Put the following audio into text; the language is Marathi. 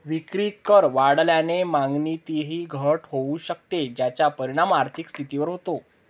विक्रीकर वाढल्याने मागणीतही घट होऊ शकते, ज्याचा परिणाम आर्थिक स्थितीवर होतो